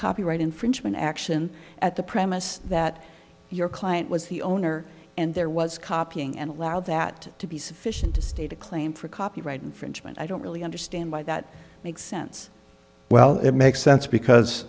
copyright infringement action at the premise that your client was the owner and there was copying and allow that to be sufficient to state a claim for copyright infringement i don't really understand why that makes sense well it makes sense because